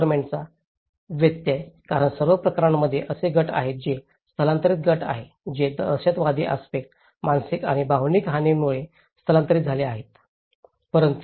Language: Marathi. लोकल गव्हर्नमेंटांचा व्यत्यय कारण सर्व प्रकरणांमध्ये असे गट आहेत जे स्थलांतरित गट आहेत जे दहशतवादी आस्पेक्ट मानसिक आणि भावनिक हानीमुळे स्थलांतरित झाले आहेत